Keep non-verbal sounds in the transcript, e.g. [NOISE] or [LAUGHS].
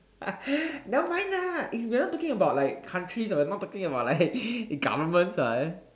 [LAUGHS] nevermind lah eh we're not talking about like countries or we're not talking about like governments [what]